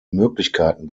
möglichkeiten